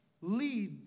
lead